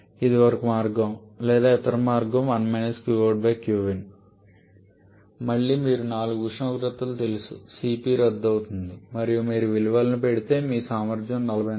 ఇది ఒక మార్గం లేదా ఇతర మార్గం మళ్ళీ మీకు నాలుగు ఉష్ణోగ్రతలు తెలుసు cp రద్దు అవుతుంది మరియు మీరు విలువలను పెడితే మీ సామర్థ్యం 44